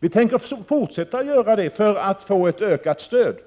Vi tänker fortsätta att göra det för att få ett ökat stöd.